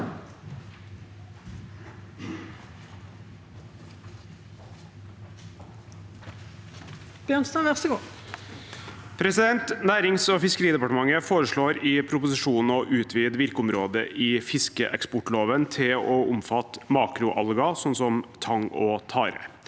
Nærings- og fis- keridepartementet foreslår i proposisjonen å utvide virkeområdet i fiskeeksportloven til å omfatte makroalger som tang og tare.